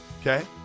Okay